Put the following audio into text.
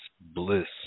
bliss